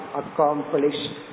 accomplished